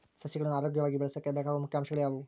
ಸಸಿಗಳನ್ನು ಆರೋಗ್ಯವಾಗಿ ಬೆಳಸೊಕೆ ಬೇಕಾಗುವ ಮುಖ್ಯ ಅಂಶಗಳು ಯಾವವು?